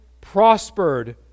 prospered